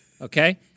Okay